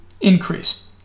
increase